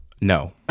No